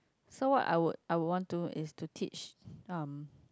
so what I would I would want do is to teach um